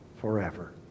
forever